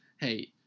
hey